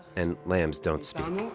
and lambs don't speak